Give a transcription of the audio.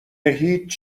هیچ